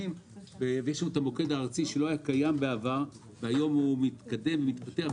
יש לנו את המוקד הארצי שלא היה קיים בעבר והיום מתקדם ומתפתח.